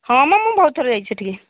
ହଁ ମ ମୁଁ ବହୁତ ଥର ଯାଇଛି ସେଠିକି